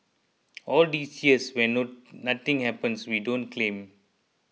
all these years when no nothing happens we don't claim